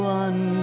one